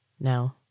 No